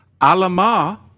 Alama